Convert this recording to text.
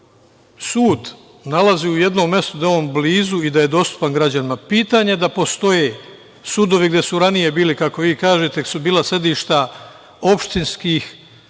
da se sud nalazi u jednom mestu, da je on blizu i da je dostupan građanima. Pitanje, da postoje sudovi gde su ranije bili, kako vi kažete, su bila sedišta opštinskih